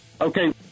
Okay